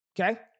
okay